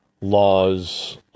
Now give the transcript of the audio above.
laws